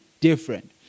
different